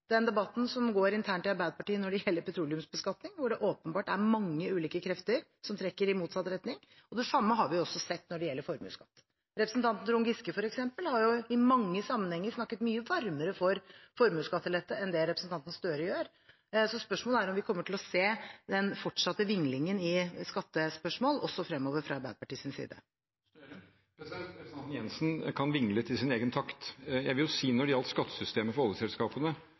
den debatten som går internt i Arbeiderpartiet om petroleumsbeskatning, hvor det åpenbart er mange ulike krefter som trekker i motsatt retning. Det samme har vi sett når det gjelder formuesskatt. Representanten Trond Giske, f.eks., har i mange sammenhenger snakket mye varmere for formuesskattelette enn representanten Gahr Støre gjør. Spørsmålet blir da: Kommer vi også fremover til å se denne vinglingen fra Arbeiderpartiet i skattespørsmål? Representanten Jensen kan vingle til sin egen takt. Når det gjelder skattesystemet for oljeselskapene,